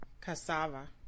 Cassava